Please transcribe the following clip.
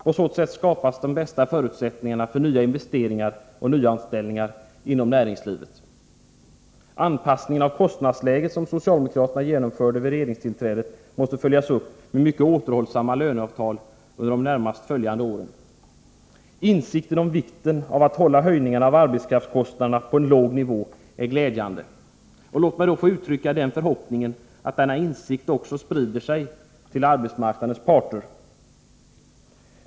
På så sätt skapas de bästa förutsättningarna för nya investeringar och nyanställningar inom näringslivet. Den anpassning av kostnadsläget som socialdemokraterna genomförde vid regeringstillträdet måste följas upp med mycket återhållsamma löneavtal under de närmast följande åren. Insikten om vikten av att hålla höjningarna av arbetskraftskostnaderna på en låg nivå är glädjande. Låt mig få uttrycka den förhoppningen att denna insikt också sprider sig till arbetsmarknadens parter.